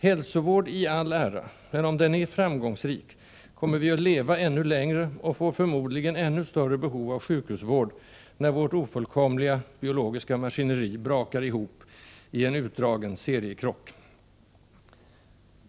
Hälsovård i all ära, men om den är framgångsrik kommer vi att leva ännu längre och får förmodligen ännu större behov av sjukhusvård när vårt ofullkomliga biologiska maskineri brakar ihop i en utdragen seriekrock.